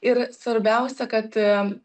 ir svarbiausia kad